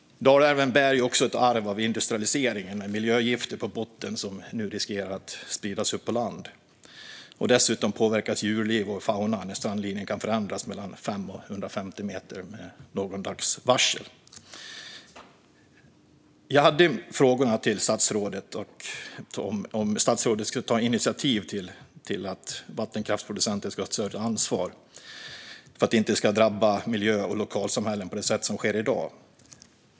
Dalälven bär också ett arv av industrialiseringen med miljögifter på botten som nu riskeras att spridas upp på land. Dessutom påverkas djurliv och fauna när strandlinjen kan förändras mellan 5 och 150 meter med någon dags varsel. Jag frågade ju statsrådet om hon skulle ta initiativ till att vattenkraftsproducenter ska ta ett större ansvar för att miljö och lokalsamhällen inte ska drabbas på det sätt som sker i dag.